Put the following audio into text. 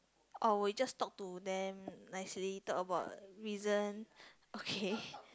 oh we just talk to them nicely talk about reason okay